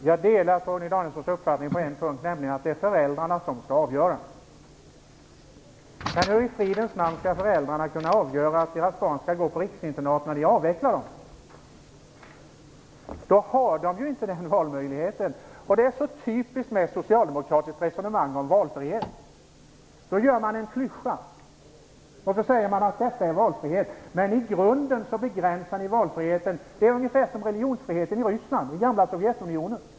Herr talman! Jag delar Torgny Danielssons uppfattning på en punkt, nämligen att det är föräldrarna som skall fatta avgörandet. Men hur i fridens namn skall föräldrarna kunna avgöra att deras barn skall gå på riksinternat när ni avvecklar dem? Då har de ju inte den valmöjligheten. Det är så typiskt för socialdemokratiskt resonemang om valfrihet, att ni skapar en klyscha och säger att detta är valfrihet medan ni i grunden begränsar valfriheten. Det är ungefär som med religionsfriheten i gamla Sovjetunionen.